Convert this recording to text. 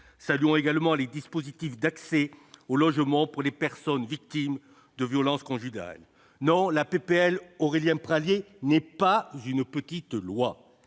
Saluons également les dispositifs d'accès au logement pour les personnes victimes de violences conjugales. Non, la proposition de loi d'Aurélien Pradié n'est pas une petite loi